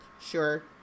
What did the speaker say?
sure